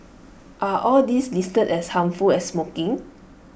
are all these listed as harmful as smoking